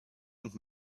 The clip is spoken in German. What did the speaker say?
und